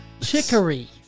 chicory